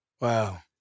Wow